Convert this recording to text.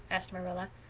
asked marilla.